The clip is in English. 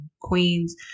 queens